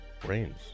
brains